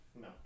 no